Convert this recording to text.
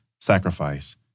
sacrifice